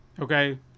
okay